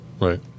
right